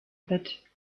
bit